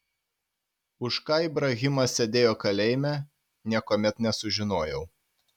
už ką ibrahimas sėdėjo kalėjime niekuomet nesužinojau